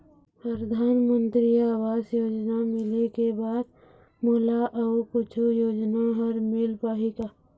परधानमंतरी आवास योजना मिले के बाद मोला अऊ कुछू योजना हर मिल पाही का?